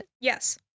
Yes